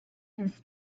his